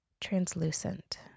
translucent